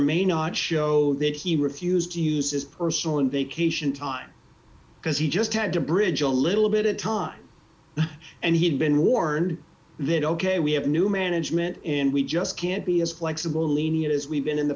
may not show that he refused to use his personal and vacation time because he just had to bridge a little bit of time and he had been warned that ok we have new management and we just can't be as flexible only not as we've been in the